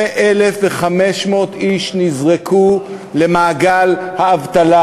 כ-14,500 איש נזרקו למעגל האבטלה.